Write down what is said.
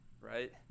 right